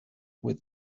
with